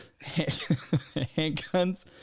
handguns